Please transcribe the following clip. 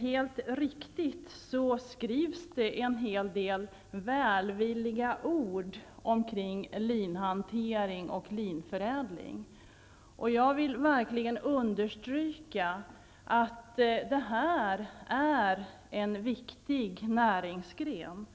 Helt riktigt skrivs det en hel del välvilliga ord om linhantering och linförädling. Jag vill verkligen understryka att detta är en viktig näringsgren.